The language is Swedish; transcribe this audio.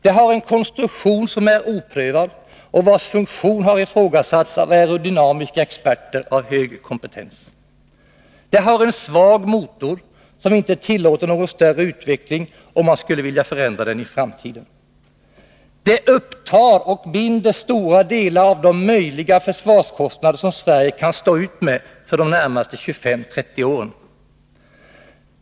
Det har en konstruktion som är oprövad och vars funktion har ifrågasatts av aerodynamiska experter av hög kompetens. Det har en svag motor, som inte tillåter någon större utveckling om man skulle vilja förändra den i framtiden. Det tar i anspråk och binder stora delar av de möjliga försvarskostnader som Sverige kan stå ut med för de närmaste 25-30 åren.